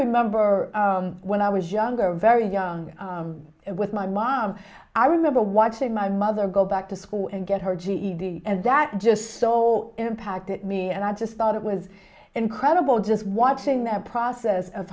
remember when i was younger very young with my mom i remember watching my mother go back to school and get her ged and that just soul impacted me and i just thought it was incredible just watching that process of